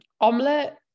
Omelette